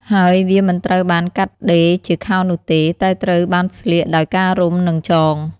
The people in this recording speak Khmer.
ហើយ វាមិនត្រូវបានកាត់ដេរជាខោនោះទេ តែត្រូវបានស្លៀកដោយការរុំ និងចង។